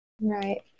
Right